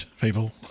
people